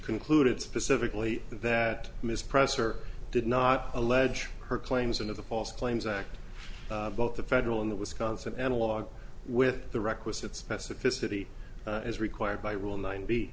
concluded specifically that ms presser did not allege her claims and of the false claims act both the federal and the wisconsin analog with the requisite specificity as required by rule nine b